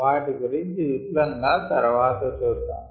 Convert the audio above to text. వాటి గురించి విపులంగా తర్వాత చూద్దాం